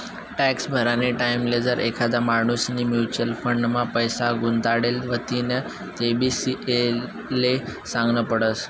tax भरानी टाईमले जर एखादा माणूसनी म्युच्युअल फंड मा पैसा गुताडेल व्हतीन तेबी सी.ए ले सागनं पडस